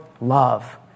love